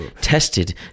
tested